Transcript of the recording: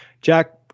Jack